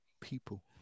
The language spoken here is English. People